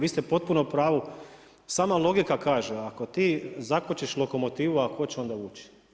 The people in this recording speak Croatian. Vi ste potpuno u pravu, sama logika kaže ako ti zakvačiš lokomotivu a tko će onda vući.